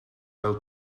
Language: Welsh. fel